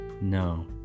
No